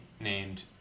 named